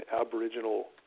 aboriginal